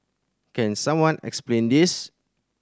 can someone explain this